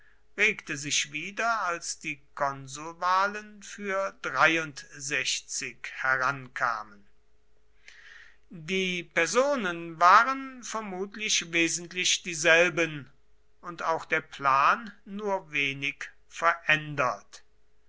regte sich wieder als die konsulwahlen für herankamen die personen waren vermutlich wesentlich dieselben und auch der plan nur wenig verändert